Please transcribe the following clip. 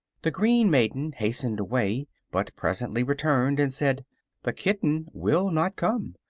the green maiden hastened away, but presently returned and said the kitten will not come.